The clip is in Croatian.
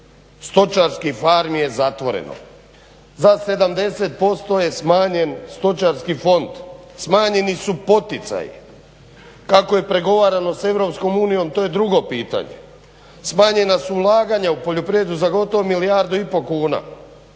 stočarskih farmi je zatvoreno. Za 70% je smanjen stočarski fond, smanjeni su poticaji. Kako je prigovarano s EU to je drugo pitanje, smanjena su ulaganja u poljoprivredu za gotovo milijardu i pol kuna.